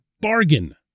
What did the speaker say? bargain